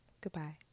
Goodbye